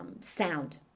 sound